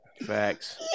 facts